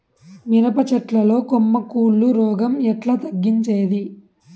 మిరప చెట్ల లో కొమ్మ కుళ్ళు రోగం ఎట్లా తగ్గించేది?